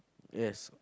yes